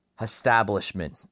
establishment